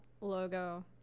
logo